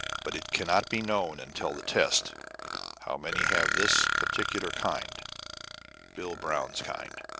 but it cannot be known until the test how many have this particular kind bill brown's kind.